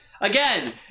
Again